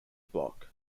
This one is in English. block